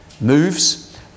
moves